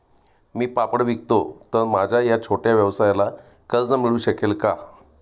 मी पापड विकतो तर माझ्या या छोट्या व्यवसायाला कर्ज मिळू शकेल का?